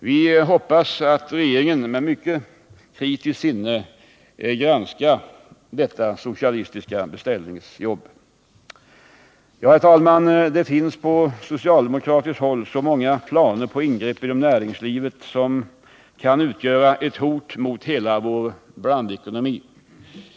Vi hoppas att regeringen med mycket kritiskt sinne granskar detta socialistiska beställningsjobb. Herr talman! Det finns på socialdemokratiskt håll så många planer på ingrepp inom näringslivet som kan utgöra ett hot mot hela vår blandekonomi.